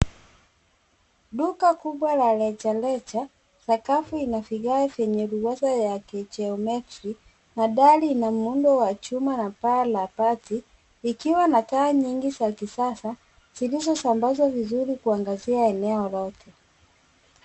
Duka kubwa la rejareja. Sakafu ina vigae vyenye ruwaza ya kijeometri, na dari ina muundo wa chuma na paa la bati, ikiwa na taa nyingi za kisasa, zilizosambazwa vizuri kuangazia eneo lote.